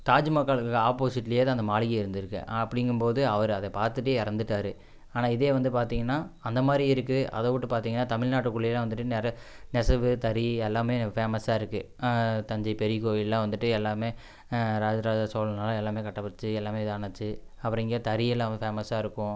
தாஜ்மஹாலுக்கு ஆப்போசிட்லேயே தான் அந்த மாளிகை இருந்துருக்குது அப்படிங்கும் போது அவர் அதை பாஏத்துட்டு இறந்துட்டாரு ஆனால் இதே வந்து பார்த்தீங்கன்னா அந்த மாதிரி இருக்குது அதைவுட்டு பார்த்தீங்கன்னா தமிழ்நாட்டுக்குள்ளேலாம் வந்துட்டு நெறய நெசவு தறி எல்லாமே ஃபேமஸ்ஸா இருக்குது தஞ்சை பெரிய கோவில்லாம் வந்துட்டு எல்லாமே ராஜராஜ சோழனால் எல்லாமே கட்டப்பட்டுச்சு எல்லாமே இதானுச்சி அப்புறம் இங்கே தறியெல்லாம் ரொம்ப ஃபேமஸ்ஸாக இருக்கும்